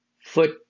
Foot